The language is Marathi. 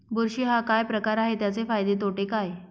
बुरशी हा काय प्रकार आहे, त्याचे फायदे तोटे काय?